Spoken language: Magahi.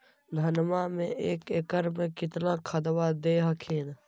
धनमा मे एक एकड़ मे कितना खदबा दे हखिन?